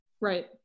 Right